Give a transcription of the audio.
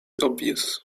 obvious